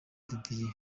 didier